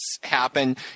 happen